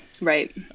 Right